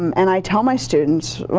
um and i tell my students